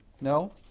No